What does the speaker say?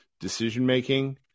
decision-making